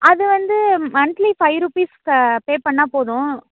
அது வந்து monthly five rupees க பே பண்ணிணா போதும்